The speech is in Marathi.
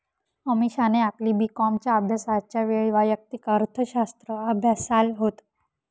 अमीषाने आपली बी कॉमच्या अभ्यासाच्या वेळी वैयक्तिक अर्थशास्त्र अभ्यासाल होत